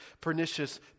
pernicious